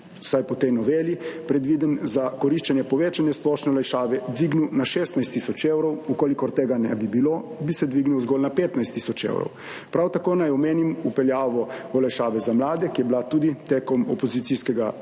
vsaj po tej noveli predviden za koriščenje povečanja splošne olajšave dvignil na 16 tisoč evrov. V kolikor tega ne bi bilo bi se dvignil zgolj na 15 tisoč evrov. Prav tako naj omenim vpeljavo olajšave za mlade, ki je bila tudi tekom opozicijskega amandmaja